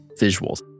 visuals